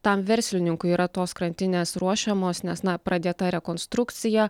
tam verslininkui yra tos krantinės ruošiamos nes na pradėta rekonstrukcija